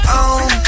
on